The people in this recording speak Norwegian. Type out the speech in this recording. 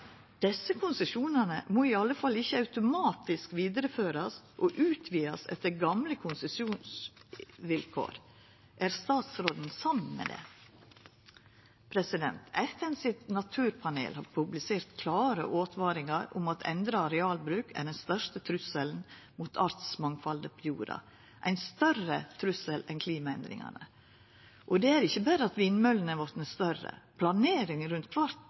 Desse konsesjonane må iallfall ikkje automatisk vidareførast og utvidast etter gamle konsesjonsvilkår. Er statsråden samd i det? FN sitt naturpanel har publisert klare åtvaringar om at endra arealbruk er den største trusselen mot artsmangfaldet på jorda, ein større trussel enn klimaendringane. Og det er ikkje berre at vindmøllene er vortne større, planeringa rundt kvart